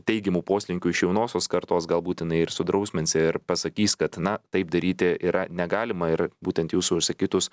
teigiamų poslinkių iš jaunosios kartos galbūt jinai ir sudrausmins ir pasakys kad na taip daryti yra negalima ir būtent jūsų išsakytus